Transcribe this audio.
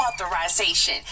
authorization